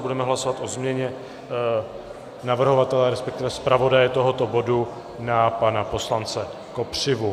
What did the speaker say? Budeme hlasovat o změně navrhovatele, resp. zpravodaje tohoto bodu na pana poslance Kopřivu.